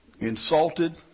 insulted